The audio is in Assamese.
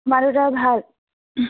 মা দেউতাৰ ভাল